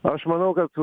aš manau kad